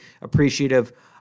appreciative